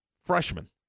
Freshman